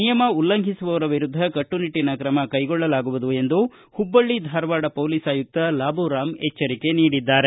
ನಿಯಮ ಉಲ್ಲಂಘಿಸುವವರ ವಿರುದ್ದ ಕಟ್ಟುನಿಟ್ಟನ ಕ್ರಮ ಕೈಗೊಳ್ಳಲಾಗುವುದು ಎಂದು ಹುಬ್ಬಳ್ಳಿ ಧಾರವಾಡ ಪೊಲೀಸ್ ಆಯುಕ್ತ ಲಾಬುರಾಮ್ ಎಚ್ಚರಿಕೆ ನೀಡಿದ್ದಾರೆ